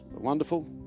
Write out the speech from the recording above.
Wonderful